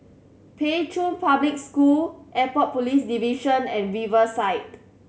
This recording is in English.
Pei Chun Public School Airport Police Division and Riverside